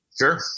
Sure